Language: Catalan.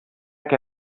que